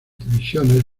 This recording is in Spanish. divisiones